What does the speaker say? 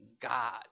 God